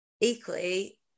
equally